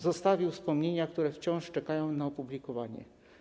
Zostawił wspomnienia, które wciąż czekają na opublikowanie.